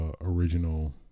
original